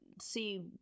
see